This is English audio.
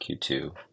Q2